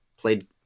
Played